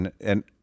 and-